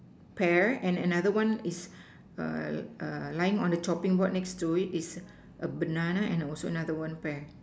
pear and another one is err err lying on the chopping board next to it is a banana and also another one pear